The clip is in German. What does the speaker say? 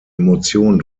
emotion